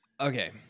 Okay